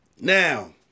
Now